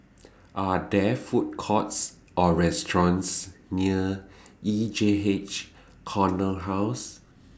Are There Food Courts Or restaurants near E J H Corner House